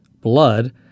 Blood